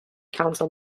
council